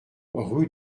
rue